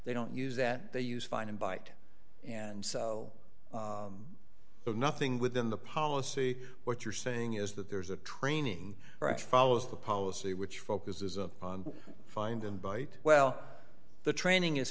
they don't use that they use find bite and so there's nothing within the policy what you're saying is that there's a training right follows the policy which focuses upon find and bite well the training is